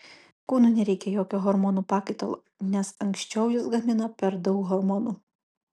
kūnui nereikia jokio hormonų pakaitalo nes anksčiau jis gamino per daug hormonų